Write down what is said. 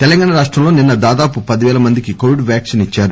తెలంగాణ రాష్టంలో నిన్న దాదాపు పది పేల మందికి కొవిడ్ వ్యాక్సిన్ ఇద్చారు